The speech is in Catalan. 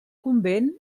convent